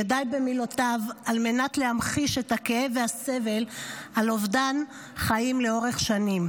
ודי במילותיו על מנת להמחיש את הכאב והסבל על אובדן חיים לאורך שנים: